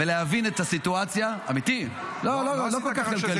להבין את הסיטואציה, אמיתי, לא כל כך כלכלי.